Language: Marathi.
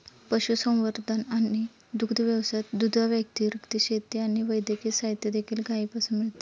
पशुसंवर्धन आणि दुग्ध व्यवसायात, दुधाव्यतिरिक्त, शेती आणि वैद्यकीय साहित्य देखील गायीपासून मिळते